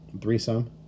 threesome